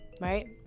Right